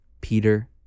Peter